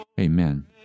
Amen